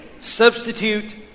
Substitute